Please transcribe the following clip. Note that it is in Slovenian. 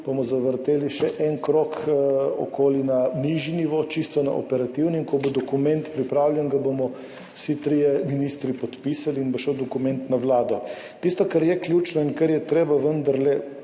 bomo zavrteli še en krog okoli na nižji nivo, čisto na operativni, in ko bo dokument pripravljen, ga bomo vsi trije ministri podpisali in bo šel dokument na Vlado. Tisto, kar je ključno in kar je treba vendarle